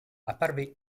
apparve